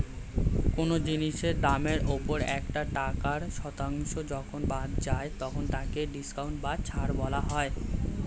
কোন জিনিসের দামের ওপর একটা টাকার শতাংশ যখন বাদ যায় তখন তাকে ডিসকাউন্ট বা ছাড় বলা হয়